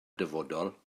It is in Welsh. dyfodol